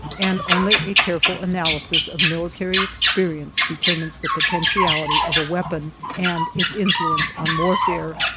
and only a careful analysis of military experience determines the potentiality of a weapon and its influence on warfare.